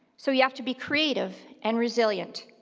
so you have to be creative and resilient.